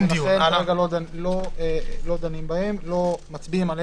לכן כרגע לא נדון בהן ולא נצביע.